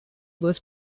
was